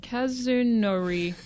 Kazunori